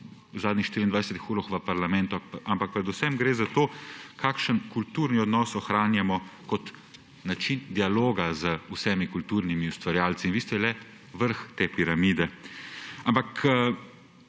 v zadnjih 24 urah v parlamentu, ampak predvsem gre za to, kakšen kulturni odnos ohranjamo kot način dialoga z vsemi kulturnimi ustvarjalci. In vi ste le vrh te piramide. Ampak